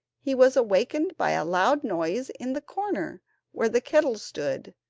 he was awakened by a loud noise in the corner where the kettle stood,